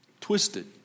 Twisted